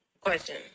question